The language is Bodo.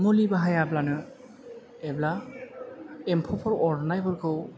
मुलि बाहायाब्लानो एबा एम्फौफोर अरनायफोरखौ